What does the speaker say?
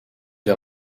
wel